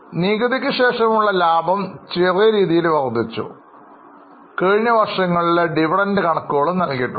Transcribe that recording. നികുതി ക്ക് ശേഷമുള്ള ലാഭം ചെറിയ രീതിയിൽ വർദ്ധിച്ചു കഴിഞ്ഞ വർഷങ്ങളിലെ ഡിവിഡൻഡ് കണക്കുകളും നൽകിയിട്ടുണ്ട്